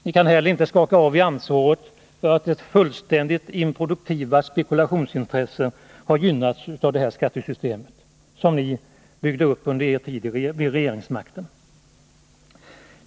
Ni kan heller inte skaka av er ansvaret för att fullständigt improduktiva spekulationsintressen har gynnats av det skattesystem som ni byggde upp under er tid vid regeringsmakten.